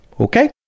okay